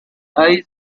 eye